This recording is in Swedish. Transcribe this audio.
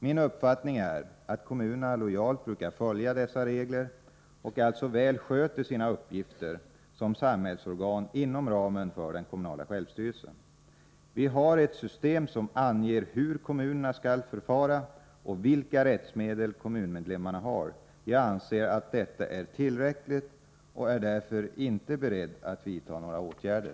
Min uppfattning är att kommunerna lojalt brukar följa dessa regler och alltså väl sköter sina uppgifter som samhällsorgan inom ramen för den kommunala självstyrelsen. Vi har ett system som anger hur kommunerna skall förfara och vilka rättsmedel kommunmedlemmarna har. Jag anser att detta är tillräckligt och är därför inte beredd att vidta några åtgärder.